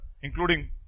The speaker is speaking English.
including